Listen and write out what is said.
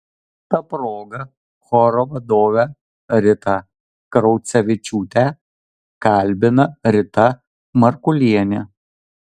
ta proga choro vadovę ritą kraucevičiūtę kalbina rita markulienė